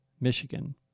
Michigan